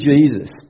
Jesus